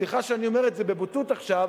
סליחה שאני אומר את זה בבוטות עכשיו,